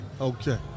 Okay